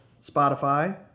Spotify